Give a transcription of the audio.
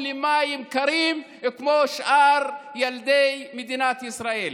למים קרים כמו שאר ילדי מדינת ישראל.